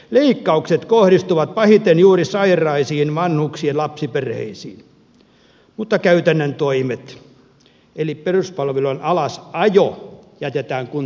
leikkaukset kohdistuvat pahiten juuri sairaisiin vanhuksiin ja lapsiperheisiin mutta käytännön toimet eli peruspalvelujen alasajo jätetään kuntapäättäjille